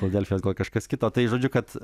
filadelfijos gal kažkas kito tai žodžiu kad